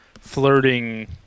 flirting